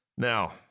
Now